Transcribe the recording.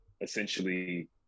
essentially